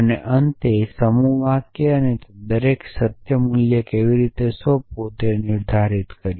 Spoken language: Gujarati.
અને અંતે સમૂહ વાક્યો અને તે દરેકને સત્ય મૂલ્ય કેવી રીતે સોંપવું તે નિર્ધારિત કર્યું